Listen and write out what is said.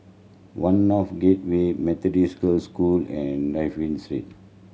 One North Gateway Methodist Girls' School and Dafne Street